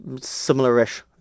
similar-ish